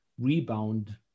rebound